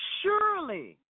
Surely